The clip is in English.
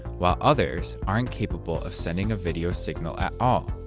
while others aren't capable of sending a video signal at all.